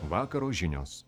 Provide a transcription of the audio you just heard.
vakaro žinios